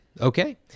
Okay